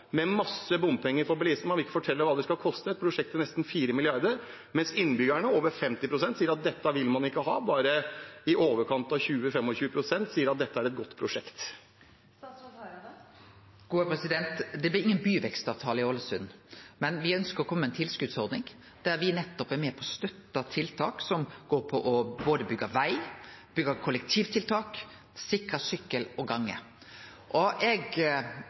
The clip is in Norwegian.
masse bompenger for bilistene. Man vil ikke fortelle hva prosjektet skal koste, et prosjekt til nesten 4 mrd. kr, men over 50 pst. av innbyggerne sier at dette vil man ikke ha. Bare i overkant av 20–25 pst. sier at dette er et godt prosjekt. Det blir ingen byvekstavtale i Ålesund, men me ønskjer å komme med ei tilskotsordning, der me nettopp er med på å støtte tiltak for å byggje veg, byggje kollektivtiltak og sikre sykkel- og